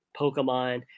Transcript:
Pokemon